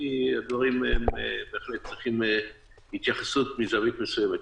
כי הדברים בהחלט צריכים התייחסות מזווית מסוימת.